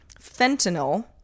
fentanyl